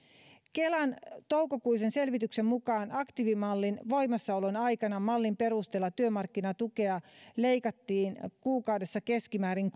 kelan toukokuisen selvityksen mukaan aktiivimallin voimassaolon aikana mallin perusteella työmarkkinatukea leikattiin kuukaudessa keskimäärin